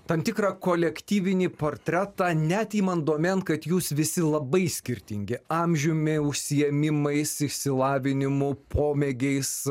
tam tikrą kolektyvinį portretą net imant domėn kad jūs visi labai skirtingi amžiumi užsiėmimais išsilavinimu pomėgiais